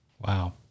Wow